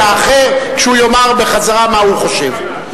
האחר כשהוא יאמר בחזרה מה הוא חושב.